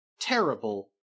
terrible